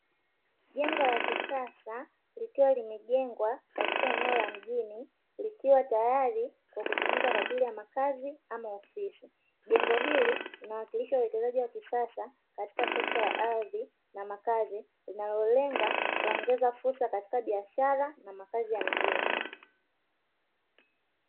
Jengo la kisasa, likiwa limejengwa katika eneo la mjini, likiwa tayari kwa kutumika kwa ajili ya makazi ama ofisi; jengo hili linawakilisha uwekezaji wa kisasa katika sekta ya ardhi na makazi, unaolenga kuongeza fursa katika biashara na makazi ya mjini.